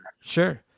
Sure